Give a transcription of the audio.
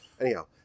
Anyhow